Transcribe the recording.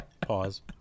Pause